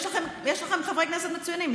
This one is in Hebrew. יש לכם חברי כנסת מצוינים,